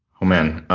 oh, man,